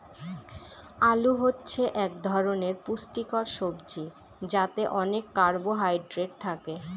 আলু হচ্ছে এক ধরনের পুষ্টিকর সবজি যাতে অনেক কার্বহাইড্রেট থাকে